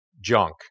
junk